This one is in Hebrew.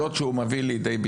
ואז מי שאחראי זה משרד החינוך.